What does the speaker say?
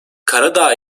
karadağ